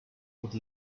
would